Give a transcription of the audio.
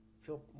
feel